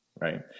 right